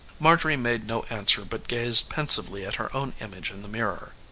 marjorie made no answer but gazed pensively at her own image in the mirror.